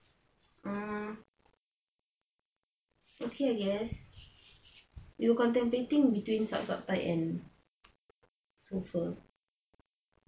uh okay I guess you contemplating between Saap Saap Thai and So Pho